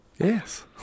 Yes